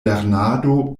lernado